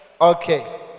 Okay